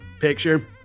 Picture